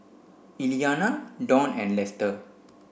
Elianna Dawn and Lester